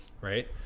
Right